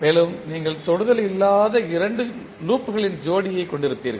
மேலும் நீங்கள் தொடுதல் இல்லாத இரண்டு லூப்களின் ஜோடியை கொண்டிருப்பீர்கள்